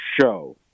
show